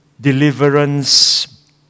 Deliverance